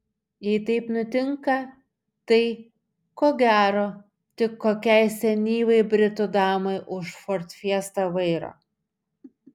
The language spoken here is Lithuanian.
jei taip nutinka tai ko gero tik kokiai senyvai britų damai už ford fiesta vairo